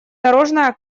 дорожная